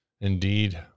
Indeed